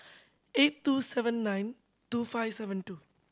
eight two seven nine two five seven two